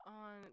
on